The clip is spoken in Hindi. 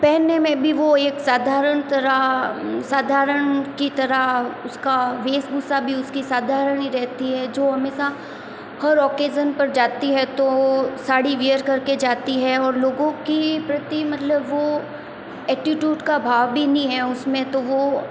पहनने में भी वो एक साधारण तरह साधारण की तरह उस का वेशभूषा भी उस की साधारण ही रहती है जो हमेशा हर ओकेज़न पर जाती है तो साड़ी वियर कर के जाती है और लोगों की प्रति मतलब वो ऐटिट्यूड का अभाव भी नहीं है उस में तो वो